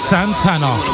Santana